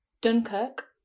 Dunkirk